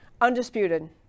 Undisputed